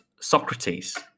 Socrates